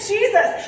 Jesus